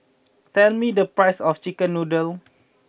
tell me the price of Chicken Noodles